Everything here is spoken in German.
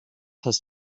hast